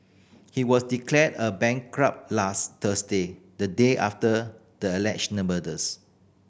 he was declared a bankrupt last Thursday the day after the alleged murders